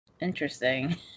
Interesting